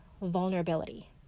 vulnerability